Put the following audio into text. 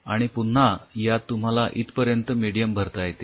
आणि पुन्हा यात तुम्हाला इथपर्यंत मेडीयम भरता येते